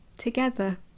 together